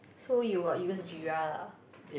so you got use jeera lah